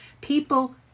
People